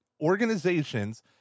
organizations